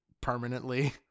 permanently